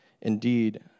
indeed